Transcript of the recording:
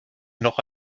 noch